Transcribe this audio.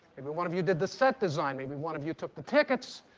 maybe one of you did the set design. maybe one of you took the tickets.